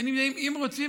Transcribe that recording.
אם רוצים,